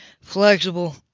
flexible